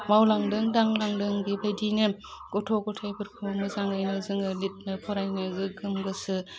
मावलांदों दांलांदों बेबायदिनो गथ' गथाइफोरखौ मोजाङैनो जोङो लितनो फरायनो गोगोम गोसो